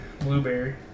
Blueberry